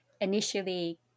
initially